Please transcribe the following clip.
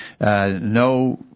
No